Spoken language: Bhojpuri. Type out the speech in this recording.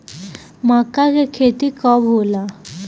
मक्का के खेती कब होला?